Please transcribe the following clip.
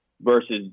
versus